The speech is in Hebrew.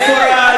נו, באמת.